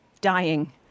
dying